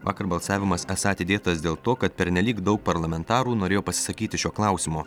vakar balsavimas esą atidėtas dėl to kad pernelyg daug parlamentarų norėjo pasisakyti šiuo klausimu